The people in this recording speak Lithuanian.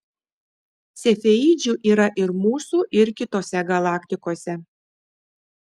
cefeidžių yra ir mūsų ir kitose galaktikose